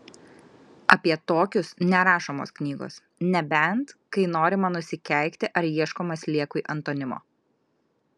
apie tokius nerašomos knygos nebent kai norima nusikeikti ar ieškoma sliekui antonimo